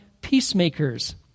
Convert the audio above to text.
peacemakers